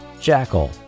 Jackal